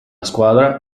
squadra